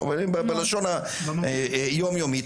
בלשון היום-יומית.